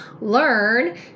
learn